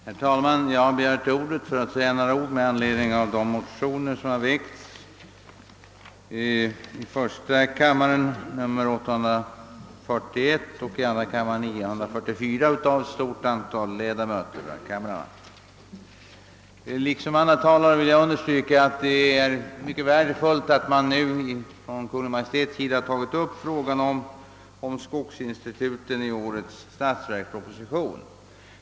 Herr talman! Jag har begärt ordet för att säga något med anledning av motionerna I:841 och II:944, vilka undertecknats av ett stort antal ledamöter. Liksom andra talare vill jag understryka att det är mycket värdefullt att Kungl. Maj:t nu tagit upp frågan om skogsinstituten i årets statsverksproposition.